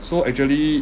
so actually